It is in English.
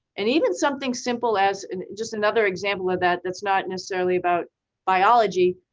and even something simple as, and just another example of that, that's not necessarily about biology.